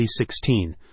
2016